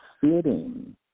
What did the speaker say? sitting